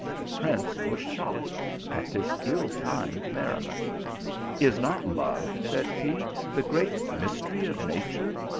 the prince was shocked at this ill-timed merri ment is not love, said he, the great mystery of nature,